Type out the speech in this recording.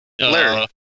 Larry